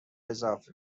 اضافه